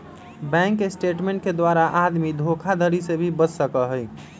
bank statement के द्वारा आदमी धोखाधडी से भी बच सका हई